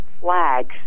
flags